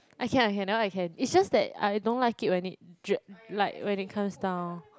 I can I can that one I can is just that I don't like it when it drips like when it comes down